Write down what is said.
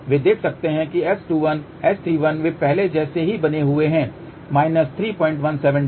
वे देख सकते हैं कि S21 S31 वे पहले जैसे ही बने हुए हैं 317 dB